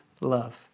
love